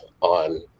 on